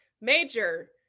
Major